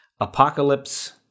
apocalypse